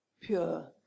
pure